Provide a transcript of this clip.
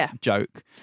joke